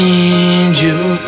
angel